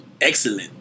excellent